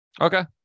Okay